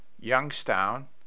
Youngstown